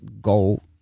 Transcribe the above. go